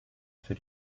für